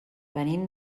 venim